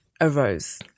arose